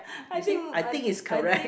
they said I think is correct